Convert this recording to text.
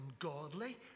ungodly